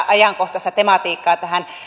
ajankohtaiseen tematiikkaan